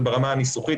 זה ברמה הניסוחית,